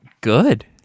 good